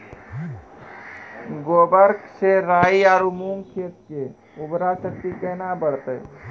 गोबर से राई आरु मूंग खेत के उर्वरा शक्ति केना बढते?